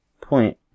point